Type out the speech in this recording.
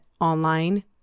online